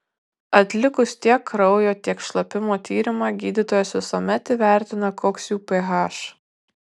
atlikus tiek kraujo tiek šlapimo tyrimą gydytojas visuomet įvertina koks jų ph